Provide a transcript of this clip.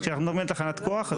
וכשאנחנו מדברים על תחנת כוח,